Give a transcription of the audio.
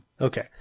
Okay